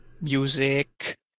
music